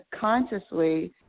consciously